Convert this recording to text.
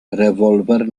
rewolwer